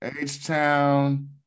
h-town